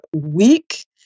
week